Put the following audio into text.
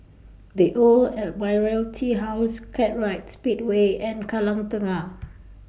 The Old Admiralty House Kartright Speedway and Kallang Tengah